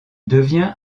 devient